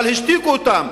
אבל השתיקו אותם.